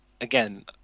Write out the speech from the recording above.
again